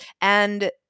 And-